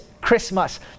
Christmas